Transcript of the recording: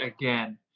again